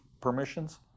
permissions